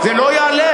זה לא יעלה.